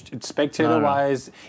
Spectator-wise